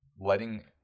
letting